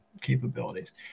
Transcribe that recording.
capabilities